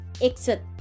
exit